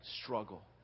struggle